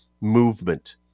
movement